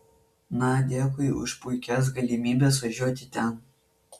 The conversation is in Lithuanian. na dėkui už puikias galimybės važiuoti ten